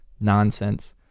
nonsense